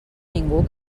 ningú